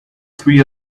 three